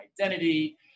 identity